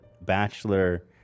Bachelor